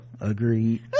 Agreed